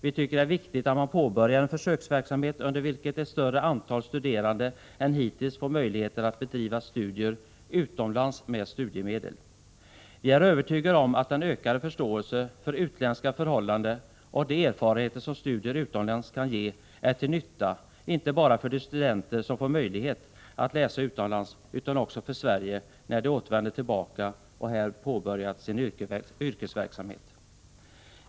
Vi tycker det är viktigt att man påbörjar en försöksverksamhet under vilken ett större antal studerande än hittills får möjligheter att bedriva studier utomlands med studiemedel. Vi är övertygade om att den ökade förståelse för utländska förhållanden och de erfarenheter som studier utomlands kan ge är till nytta inte bara för de studenter som får möjlighet att läsa utomlands utan också för Sverige när de återvänder och här påbörjar sin yrkesverksamhet.